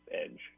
edge